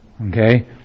Okay